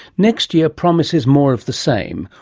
next year promises more of the same,